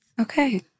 Okay